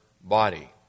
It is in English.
body